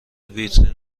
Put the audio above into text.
ویترین